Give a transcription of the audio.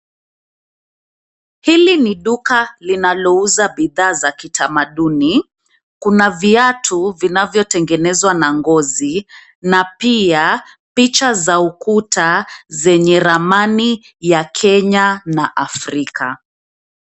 Hili ni duka linalouza bidhaa za kitamaduni. Kuna viatu vinavyotengenezwa na ngozi na pia picha za ukuta zenye ramani ya Kenya na Afrika.